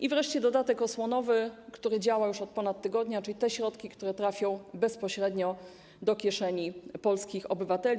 I wreszcie dodatek osłonowy, który działa już od ponad tygodnia, czyli te środki, które trafią bezpośrednio do kieszeni polskich obywateli.